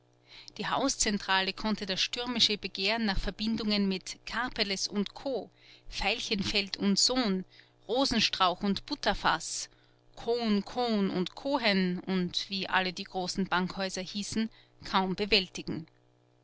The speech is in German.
die hauszentrale konnte das stürmische begehren nach verbindungen mit karpeles co veilchenfeld sohn rosenstrauch butterfaß kohn cohn kohen und wie alle die großen bankhäuser hießen kaum bewältigen